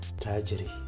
tragedy